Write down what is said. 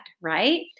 Right